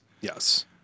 Yes